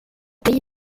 pays